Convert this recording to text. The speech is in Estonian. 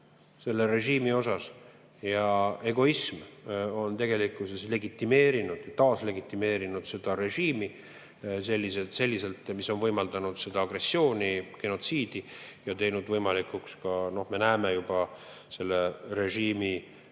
selle režiimi suhtes ja egoism on tegelikkuses legitimeerinud või taaslegitimeerinud seda režiimi selliselt, mis on võimaldanud agressiooni, genotsiidi ja teinud võimalikuks ka, me näeme juba, selle režiimi